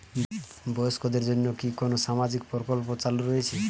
বয়স্কদের জন্য কি কোন সামাজিক প্রকল্প চালু রয়েছে?